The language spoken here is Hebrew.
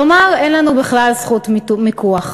כלומר, אין לנו בכלל זכות מיקוח.